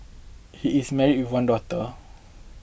he is married with one daughter